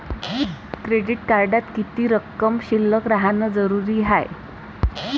Credit कार्डात किती रक्कम शिल्लक राहानं जरुरी हाय?